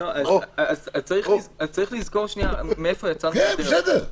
צריך לזכור מאיפה יצאנו לדרך.